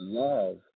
love